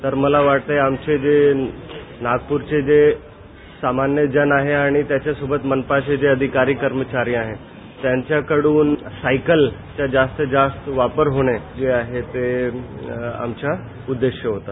तर मला वाटते आमचे जे नागपूरचे जे सामान्यजण आहेत आणि त्याच्यासोबत मनपाचे अधिकारी कर्मचारी आहेत त्यांच्याकडून सायकलचं जास्तीत जास्त वापर होणे हा आमचा उद्देश होता